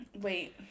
Wait